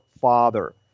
Father